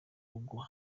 rugo